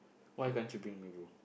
why can't you bring me bro